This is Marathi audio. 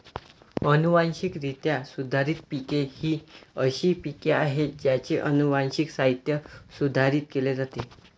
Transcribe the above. अनुवांशिकरित्या सुधारित पिके ही अशी पिके आहेत ज्यांचे अनुवांशिक साहित्य सुधारित केले जाते